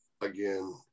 again